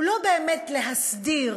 לא באמת להסדיר,